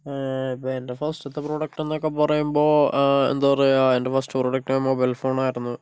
ഇപ്പോൾ എൻ്റെ ഫസ്റ്റത്തെ പ്രൊഡക്റ്റ് എന്നൊക്കെ പറയുമ്പോൾ എന്താണ് പറയുക എൻ്റെ ഫസ്റ്റ് പ്രൊഡക്റ്റ് മൊബൈൽ ഫോണായിരുന്നു